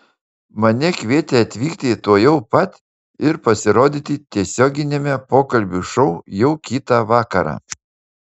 mane kvietė atvykti tuojau pat ir pasirodyti tiesioginiame pokalbių šou jau kitą vakarą